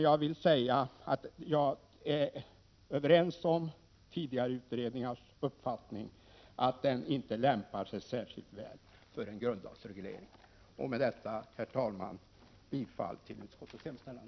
Jag instämmer i tidigare utredningars uppfattning att frågan inte lämpar sig särskilt väl för en grundlagsreglering. Med detta, herr talman, yrkar jag på nytt bifall till utskottets hemställan.